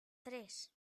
tres